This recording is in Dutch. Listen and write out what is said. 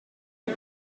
het